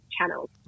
channels